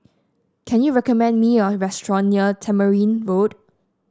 can you recommend me a restaurant near Tamarind Road